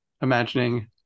imagining